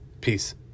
peace